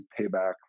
payback